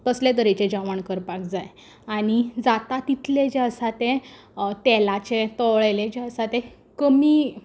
तसलें तरेचें जेवण करपाक जाय आनी जाता तितलें जें आसा तें तेलाचें तळिल्लें जें आसा तें कमी